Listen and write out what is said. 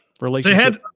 Relationship